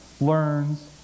learns